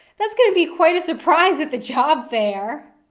that's gonna be quite a surprise at the job fair.